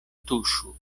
tuŝu